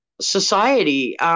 society